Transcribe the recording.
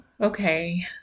Okay